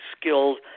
skilled